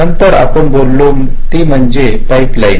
नंतर आपण बोलली ती म्हणजे पाईपलाईन